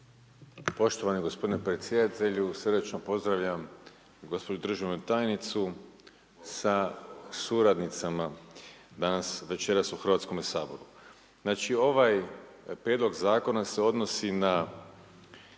Poštovani gospodine predsjedatelju, srdačno pozdravljam gospođu državnu tajnicu sa suradnicama danas, večeras u Hrvatskome saboru. Znači ovaj Prijedlog zakona se odnosi na